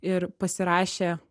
ir pasirašė